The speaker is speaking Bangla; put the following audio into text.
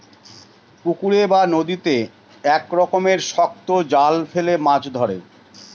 পুকুরে বা নদীতে এক রকমের শক্ত জাল ফেলে মাছ ধরে